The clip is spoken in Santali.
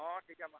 ᱦᱮᱸ ᱴᱷᱤᱠ ᱜᱮᱭᱟᱢᱟ